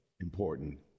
important